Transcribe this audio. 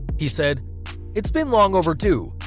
he said it's been long overdue,